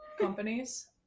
companies